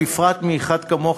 בפרט אחד כמוך,